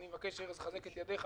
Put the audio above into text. ארז, אני רוצה לחזק את ידיך.